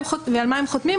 ועל מה הם חותמים?